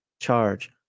charge